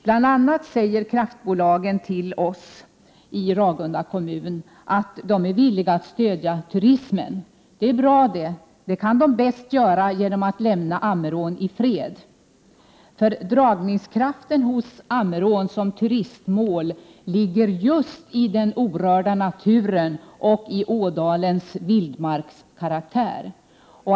Bl.a. säger kraftbolagen till oss i Ragunda kommun att de är villiga att stödja turismen. Det är bra det. Det kan de bäst göra genom att lämna Ammerån i fred, för dragningskraften hos Ammerån som turistmål ligger just i den orörda naturen och i ådalens vildmarkskaraktär.